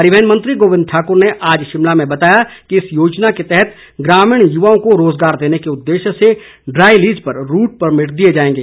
परिवहन मंत्री गोविंद ठाकुर ने आज शिमला में बताया कि इस योजना के तहत ग्रामीण युवाओं को रोजगार देने के उदेश्य से ड्राई लीज पर रूट परमिट दिए जाएंगे